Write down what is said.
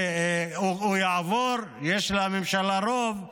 הוא יעבור, יש לממשלה רוב.